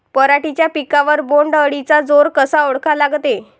पराटीच्या पिकावर बोण्ड अळीचा जोर कसा ओळखा लागते?